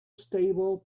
stable